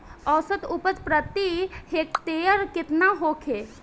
औसत उपज प्रति हेक्टेयर केतना होखे?